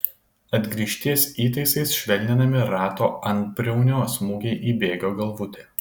atgrįžties įtaisais švelninami rato antbriaunio smūgiai į bėgio galvutę